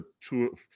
two